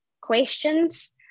questions